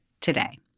today